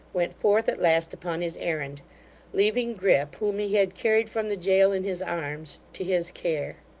went forth, at last, upon his errand leaving grip, whom he had carried from the jail in his arms, to his care.